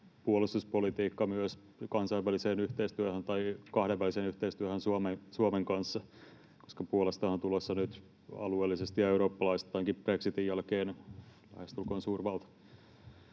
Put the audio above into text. puolustuspolitiikka myös kansainväliseen yhteistyöhön tai kahdenväliseen yhteistyöhön Suomen kanssa, koska Puolasta on tulossa nyt alueellisesti ja eurooppalaisittainkin brexitin jälkeen lähestulkoon suurvalta?